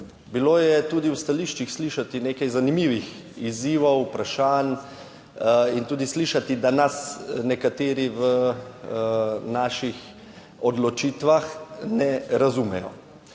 Bilo je tudi v stališčih slišati nekaj zanimivih izzivov, vprašanj in tudi slišati, da nas nekateri v naših odločitvah ne razumejo.